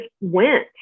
went